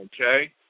okay